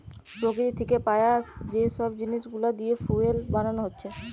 প্রকৃতি থিকে পায়া যে সব জিনিস গুলা দিয়ে ফুয়েল বানানা হচ্ছে